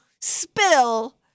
spill